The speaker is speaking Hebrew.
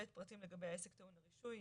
(ב) פרטים לגבי העסק טעון הרישוי,